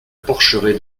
porcheraie